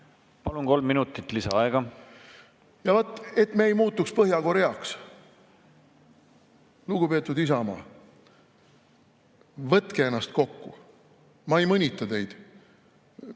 Palun! Kolm minutit lisaaega. Ja vaat, et me ei muutuks Põhja-Koreaks, lugupeetud Isamaa, võtke ennast kokku. Ma ei mõnita teid.